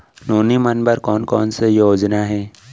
नोनी मन बर कोन कोन स योजना हे?